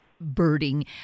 birding